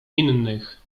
innych